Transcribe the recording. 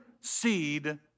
seed